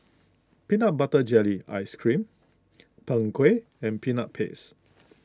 Peanut Butter Jelly Ice Cream Png Kueh and Peanut Paste